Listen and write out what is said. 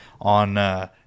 on